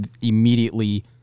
immediately